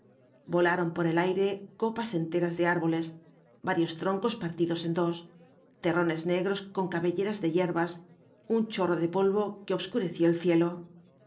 volaron por el aire copas enteras de árboles varios troncos partidos en dos terrones negros con cabelleras de hierbas un chorro de polvo que obscureció el cielo